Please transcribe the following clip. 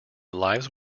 lives